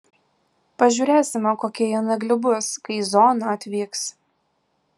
pažiūrėsime kokie jie nagli bus kai į zoną atvyks